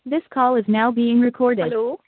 hello